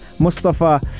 Mustafa